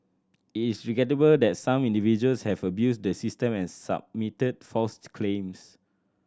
it is regrettable that some individuals have abused the system and submitted false claims